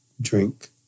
drink